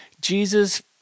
Jesus